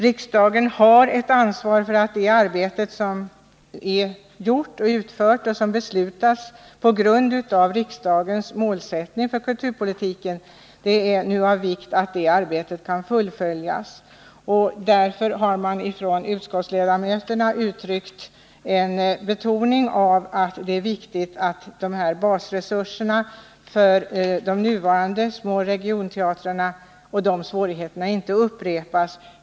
Riksdagen har ett ansvar för detta arbete, som beslutats och påbörjats på grundval av de av riksdagen fastlagda målen för kulturpolitiken. Det är av vikt att det arbetet kan fullföljas. Därför har utskottets socialdemokratiska ledamöter betonat att det är viktigt att verksamheten ges tillräckliga basresurser för att inte svårigheterna vid de nuvarande små regionteatrarna skall upprepas.